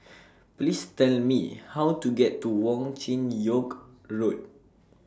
Please Tell Me How to get to Wong Chin Yoke Road